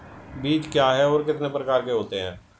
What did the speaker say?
बीज क्या है और कितने प्रकार के होते हैं?